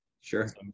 Sure